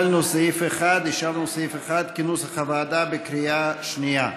אישרנו את סעיף 1, כנוסח הוועדה, בקריאה שנייה.